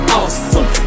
awesome